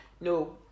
No